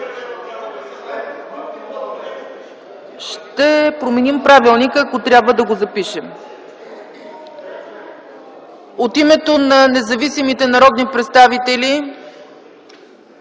Ще променим правилника, ако трябва да го запишем. От името на независимите народни представители?